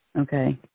Okay